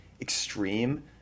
extreme